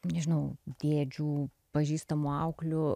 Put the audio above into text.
nežinau dėdžių pažįstamų auklių